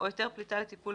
או היתר פליטה לטיפול